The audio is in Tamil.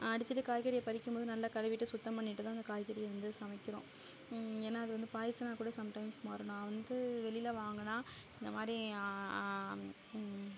அடிச்சுட்டு காய்கறியை பறிக்கும்போது நல்ல கழுவிவிட்டு சுத்தம் பண்ணிட்டுதான் அந்த காய்கறியை வந்து சமைக்கிறோம் ஏன்னால் அது வந்து பாய்ஸனாக கூட சம்டைம்ஸ் மாறும் நான் வந்து வெளியில் வாங்கினா இந்த மாதிரி